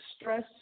stress